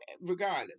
regardless